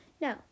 No